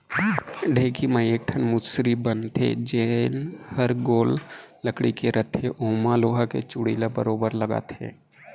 ढेंकी म एक ठन मुसरी बन थे जेन हर गोल लकड़ी के रथे ओमा लोहा के चूड़ी ल बरोबर लगाथे